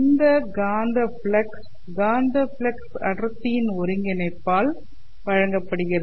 இந்த காந்தப் ஃப்ளக்ஸ் காந்தப் ஃப்ளக்ஸ் அடர்த்தியின் ஒருங்கிணைப்பால் வழங்கப்படுகிறது